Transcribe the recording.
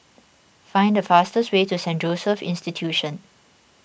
find the fastest way to Saint Joseph's Institution